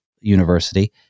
university